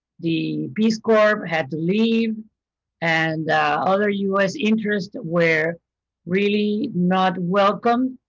the peace corps had to leave and other u s. interests were really not welcome.